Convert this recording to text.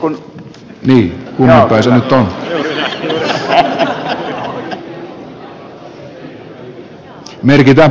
on siis vähän väsynyt ja merkitään pöytäkirjaan